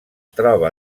troba